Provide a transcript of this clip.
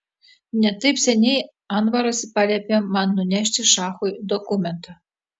ne taip seniai anvaras paliepė man nunešti šachui dokumentą